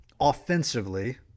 offensively